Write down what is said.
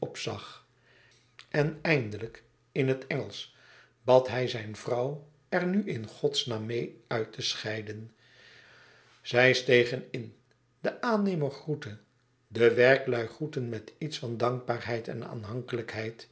opzag en eindelijk in het engelsch bad hij zijn vrouw er nu in godsnaam meê uit te scheiden zij stegen in de aannemer groette de werklui groetten met iets van dankbaarheid en aanhankelijkheid